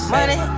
Money